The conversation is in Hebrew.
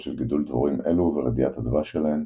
של גידול דבורים אלו ורדיית הדבש שלהן,